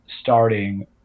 starting